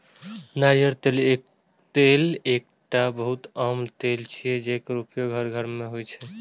नारियल तेल एकटा बहुत आम तेल छियै, जेकर उपयोग हर घर मे होइ छै